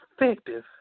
effective